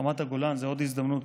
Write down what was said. רמת הגולן, זו עוד הזדמנות